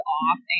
off